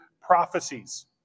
prophecies